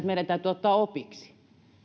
meidän täytyy ottaa opiksi